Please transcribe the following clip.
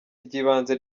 ry’ibanze